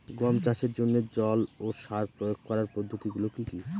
গম চাষের জন্যে জল ও সার প্রয়োগ করার পদ্ধতি গুলো কি কী?